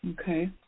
Okay